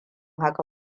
haka